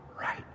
right